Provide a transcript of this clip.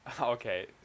okay